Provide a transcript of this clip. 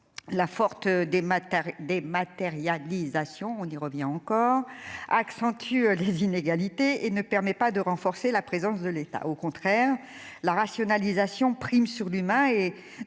matelas, des matérialisations, on y revient encore accentue les inégalités et ne permet pas de renforcer la présence de l'État, au contraire, la rationalisation prime sur l'humain et